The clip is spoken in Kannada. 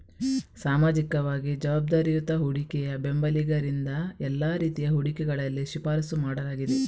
ಸಾಮಾಜಿಕವಾಗಿ ಜವಾಬ್ದಾರಿಯುತ ಹೂಡಿಕೆಯ ಬೆಂಬಲಿಗರಿಂದ ಎಲ್ಲಾ ರೀತಿಯ ಹೂಡಿಕೆಗಳಲ್ಲಿ ಶಿಫಾರಸು ಮಾಡಲಾಗಿದೆ